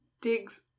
digs